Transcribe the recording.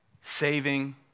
saving